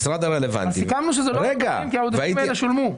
סיכמנו שאלה לא עודפים כי העודפים האלה שולמו.